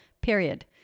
period